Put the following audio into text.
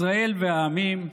ישראל והעמים,